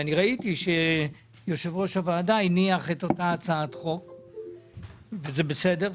ראיתי יושב ראש הוועדה הניח את אותה הצעת חוק וזה בסדר.